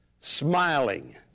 smiling